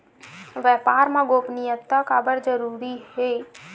व्यापार मा गोपनीयता जरूरी काबर हे?